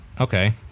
okay